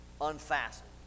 unfastened